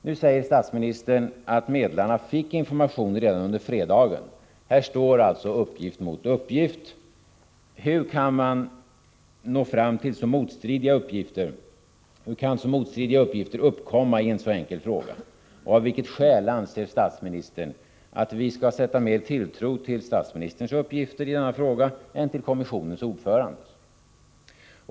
Nu säger statsministern att medlarna fick information redan under fredagen. Här står alltså uppgift mot uppgift. Hur kan så motstridiga uppgifter uppkomma i en så enkel fråga? Av vilket skäl anser statsministern att vi skall sätta mer tilltro till statsministerns uppgifter än till kommissionens ordförandes uppgifter?